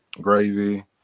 gravy